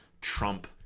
trump